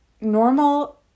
normal